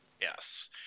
Yes